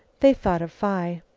they thought of phi.